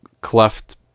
cleft